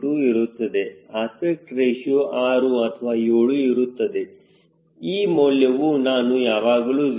02 ಇರುತ್ತದೆ aspect ratio 6 ಅಥವಾ 7 ಇರುತ್ತದೆ e ಮೌಲ್ಯವು ನಾನು ಯಾವಾಗಲೂ 0